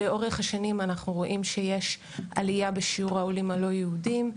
לאורך השנים אנחנו רואים שיש עלייה בשיעור העולים הלא יהודים.